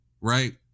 right